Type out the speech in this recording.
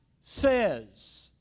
says